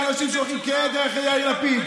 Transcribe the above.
האנשים שהולכים כעדר אחרי יאיר לפיד,